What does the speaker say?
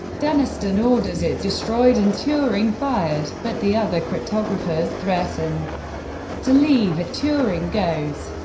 denniston orders it destroyed and turing fired, but the other cryptographers threaten to leave if turing goes.